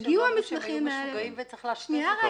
טוב שלא אמרו שהם משוגעים וצריך לאשפז אותם.